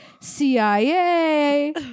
CIA